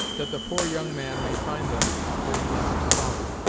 that the poor young man may find them where he last saw them!